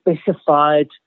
specified